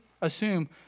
assume